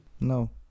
No